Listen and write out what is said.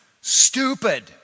Stupid